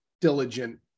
diligent